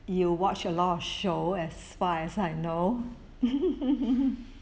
you watch a lot of show as far as I know